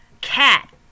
cat